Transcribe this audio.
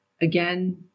again